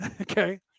Okay